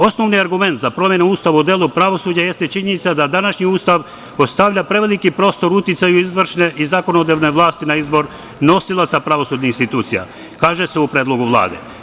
Osnovni argument za promenu Ustava u delu pravosuđa jeste činjenica da današnji Ustav ostavlja preveliki prostor uticaju izvršne i zakonodavne vlasti na izbor nosilaca pravosudnih institucija, kaže se u predlogu Vlade.